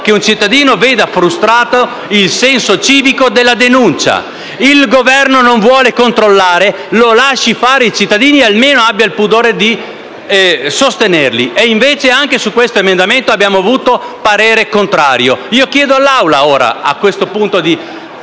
che un cittadino veda frustrato il senso civico della denuncia. Il Governo non vuole controllare; lo lasci fare ai cittadini e almeno abbia il pudore di sostenerli. Invece, anche su questo emendamento è stato espresso parere contrario. Chiedo all'Assemblea, a questo punto, di